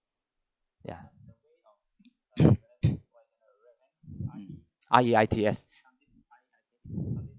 ya R E I T S